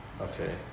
Okay